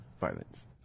violence